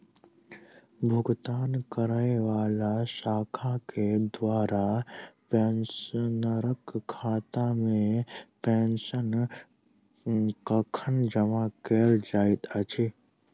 भुगतान करै वला शाखा केँ द्वारा पेंशनरक खातामे पेंशन कखन जमा कैल जाइत अछि